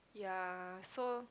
ya so